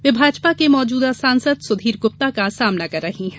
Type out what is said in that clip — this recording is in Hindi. वे भाजपा के मौजूदा सांसद सुधीर गुप्ता का सामना कर रही हैं